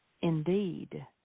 indeed